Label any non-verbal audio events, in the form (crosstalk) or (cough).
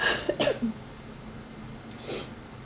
(coughs)